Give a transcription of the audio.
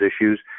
issues